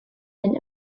been